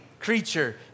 creature